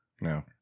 No